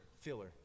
Filler